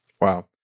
Wow